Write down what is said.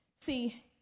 See